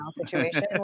situation